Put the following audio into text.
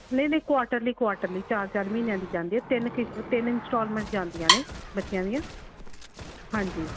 ਨਹੀਂ ਨਹੀਂ quarterly quarterly ਚਾਰ ਚਾਰ ਮਹੀਨਿਆਂ ਦੀ ਜਾਂਦੀ ਹੈ ਤਿੰਨ ਕਿਸ਼ ਤਿੰਨ ਇੰਸਟੋਲਮੈਂਟਸ ਜਾਂਦੀਆਂ ਨੇ ਬੱਚਿਆਂ ਦੀਆਂ ਹਾਂਜੀ